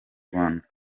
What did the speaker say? rwanda